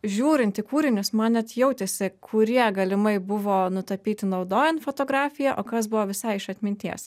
žiūrinti į kūrinius man net jautėsi kurie galimai buvo nutapyti naudojant fotografiją o kas buvo visai iš atminties